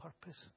purpose